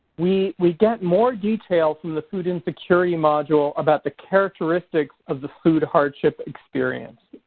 we we get more details in the food insecurity module about the characteristics of the food hardship experienced.